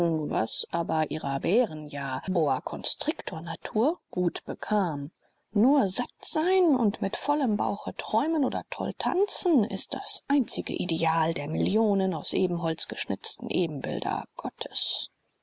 was aber ihrer bären ja boakonstriktornatur gut bekam nur satt sein und mit vollem bauche träumen oder toll tanzen ist das einzige ideal der millionen aus ebenholz geschnitzten ebenbilder gottes